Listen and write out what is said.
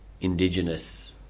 indigenous